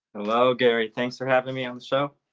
hello, gary. thanks for having me on so